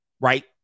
right